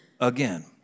again